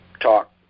talk